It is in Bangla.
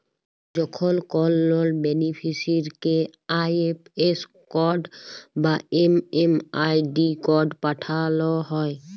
যখন কল লন বেনিফিসিরইকে আই.এফ.এস কড বা এম.এম.আই.ডি কড পাঠাল হ্যয়